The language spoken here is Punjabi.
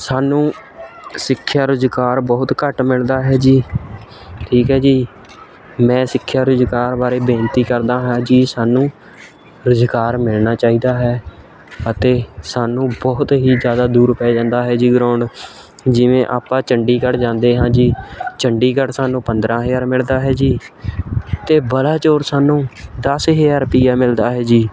ਸਾਨੂੰ ਸਿੱਖਿਆ ਰੁਜ਼ਗਾਰ ਬਹੁਤ ਘੱਟ ਮਿਲਦਾ ਹੈ ਜੀ ਠੀਕ ਹੈ ਜੀ ਮੈਂ ਸਿੱਖਿਆ ਰੁਜ਼ਗਾਰ ਬਾਰੇ ਬੇਨਤੀ ਕਰਦਾ ਹਾਂ ਜੀ ਸਾਨੂੰ ਰੁਜ਼ਗਾਰ ਮਿਲਣਾ ਚਾਹੀਦਾ ਹੈ ਅਤੇ ਸਾਨੂੰ ਬਹੁਤ ਹੀ ਜ਼ਿਆਦਾ ਦੂਰ ਪੈ ਜਾਂਦਾ ਹੈ ਜੀ ਗਰਾਊਂਡ ਜਿਵੇਂ ਆਪਾਂ ਚੰਡੀਗੜ੍ਹ ਜਾਂਦੇ ਹਾਂ ਜੀ ਚੰਡੀਗੜ੍ਹ ਸਾਨੂੰ ਪੰਦਰ੍ਹਾਂ ਹਜ਼ਾਰ ਮਿਲਦਾ ਹੈ ਜੀ ਅਤੇ ਬਲਾਚੌਰ ਸਾਨੂੰ ਦਸ ਹਜ਼ਾਰ ਰੁਪਿਆ ਮਿਲਦਾ ਹੈ ਜੀ